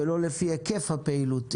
ולא לפי היקף הפעילות.